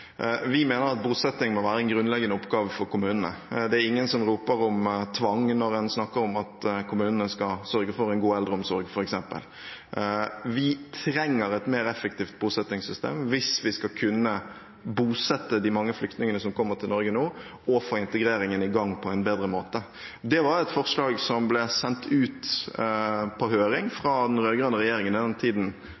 Vi mener at bosetting må være en grunnleggende oppgave for kommunene. Det er ingen som roper om tvang når en snakker om at kommunene skal sørge for en god eldreomsorg, f.eks. Vi trenger et mer effektivt bosettingssystem hvis vi skal kunne bosette de mange flyktningene som kommer til Norge nå, og få integreringen i gang på en bedre måte. Det var et forslag som ble sendt ut på høring fra den rød-grønne regjeringen i den tiden